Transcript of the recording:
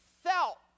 felt